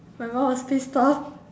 my mum was pissed off